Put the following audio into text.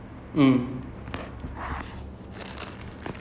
if there's a door at that place you can go in there